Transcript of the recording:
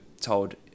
told